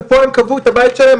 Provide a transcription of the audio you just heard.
ופה הם קבעו את הבית שלהם.